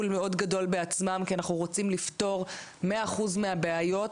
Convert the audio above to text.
מאוד גדול בעצמם כי אנחנו רוצים לפתור מאה אחוז מהבעיות.